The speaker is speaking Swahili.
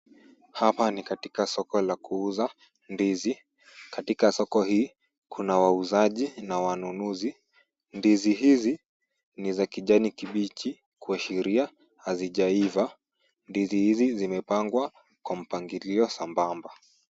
Hapa ni katika soko la kuuza ndizi. Katika soko hii kuna wauzaji na wanunuzi. Ndizi hizi ni za kijani kibichi kuashiria hazijaiva. Ndizi hizi zimepangwa kwa mpangilio sambamba.